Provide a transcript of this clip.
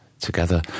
together